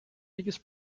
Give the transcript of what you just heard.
biggest